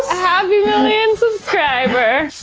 happy million subscriber.